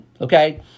Okay